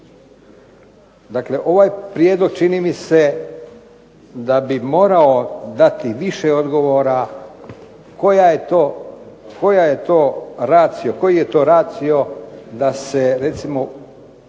Dakle, ovaj prijedlog čini mi se da bi morao dati više odgovora koji je to racio da se recimo